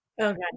Okay